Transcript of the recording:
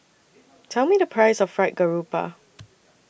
Tell Me The Price of Fried Garoupa